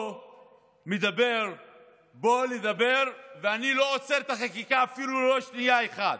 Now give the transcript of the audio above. לא אומר: בואו לדבר ואני לא עוצר את החקיקה אפילו לא לשנייה אחת.